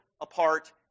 apart